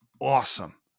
awesome